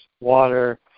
water